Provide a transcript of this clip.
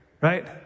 right